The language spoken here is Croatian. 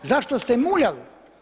Zašto ste muljali?